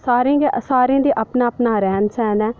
सारें गै सारें दे अपना अपना रैह्न सैह्न ऐ